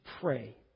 pray